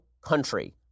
country